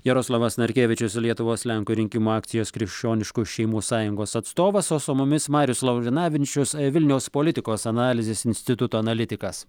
jaroslavas narkevičius lietuvos lenkų rinkimų akcijos krikščioniškų šeimų sąjungos atstovas o su mumis marius laurinavičius vilniaus politikos analizės instituto analitikas